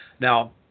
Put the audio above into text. Now